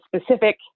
specific